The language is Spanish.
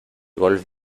golf